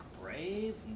brave